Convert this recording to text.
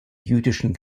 jüdischen